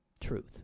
truth